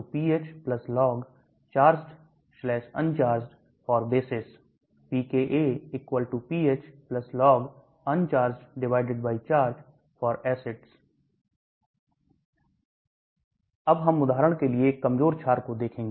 pKb pHlog chargeduncharged for bases pKa pHlog unchargedcharge for acids अब हम उदाहरण के लिए एक कमजोर छार को देखेंगे